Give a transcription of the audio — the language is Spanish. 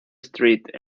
street